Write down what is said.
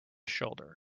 shoulder